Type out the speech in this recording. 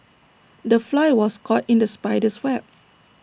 the fly was caught in the spider's web